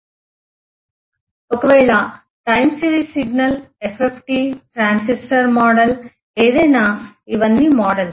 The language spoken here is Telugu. ఇది ఒకవేళ time series signal FFT transistor model ఏదైనా ఇవన్నీ మోడల్స్